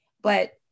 But-